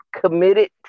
committed